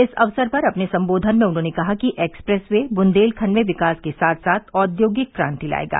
इस अवसर पर अपने संबोधन में उन्होंने कहा कि एक्सप्रेस वे बुंदेलखंड में विकास के साथ साथ औद्योगिक क्रांति लाएगा